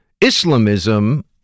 Islamism